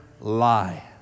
lie